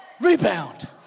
rebound